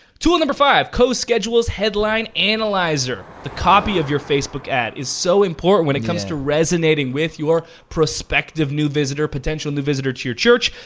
tool number five, coschedules headline analyzer. the copy of your facebook ad is so important when it comes to resonating with your prospective new visitor, potential new visitor to your church.